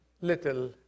little